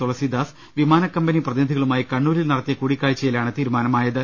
തുളസീദാസ് വിമാനക്കമ്പനി പ്രതിനിധികളുമായി കണ്ണൂരിൽ നടത്തിയ കൂടിക്കാഴ്ച യിലാണ് തീരുമാനമായത്